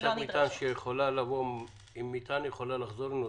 טיסת מטען שבאה עם מטען יכולה לחזור עם נוסעים,